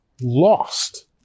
lost